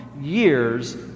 years